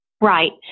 Right